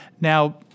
Now